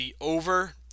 over